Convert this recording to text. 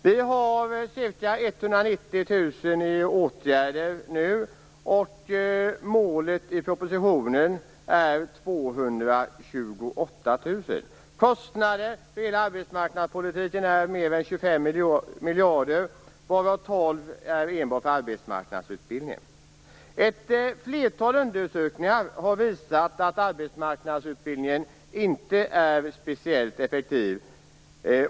Vi har nu ca 190 000 människor i åtgärder. Målet i propositionen är 228 000. Kostnaden för hela arbetsmarknadspolitiken är mer än 25 miljarder, varav 12 miljarder enbart är för arbetsmarknadsutbildningen. Ett flertal undersökningar har visat att arbetsmarknadsutbildningen inte är speciellt effektiv.